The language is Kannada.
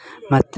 ಮತ್ತು